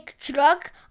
truck